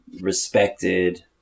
respected